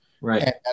right